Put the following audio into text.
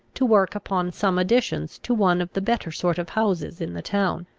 to work upon some additions to one of the better sort of houses in the town,